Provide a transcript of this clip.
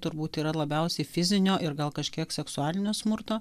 turbūt yra labiausiai fizinio ir gal kažkiek seksualinio smurto